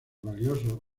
valiosos